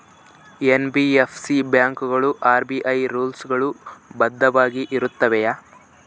NBFC ಬ್ಯಾಂಕುಗಳು RBI rules ಗಳು ಬದ್ಧವಾಗಿ ಇರುತ್ತವೆಯ?